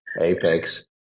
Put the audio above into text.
apex